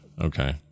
Okay